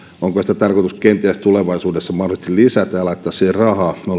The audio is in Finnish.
tarkoitus kenties tulevaisuudessa mahdollisesti lisätä ja laittaa siihen rahaa me